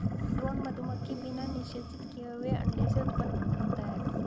drone मधुमक्खी बिना निषेचित किए हुए अंडे से उत्पन्न होता है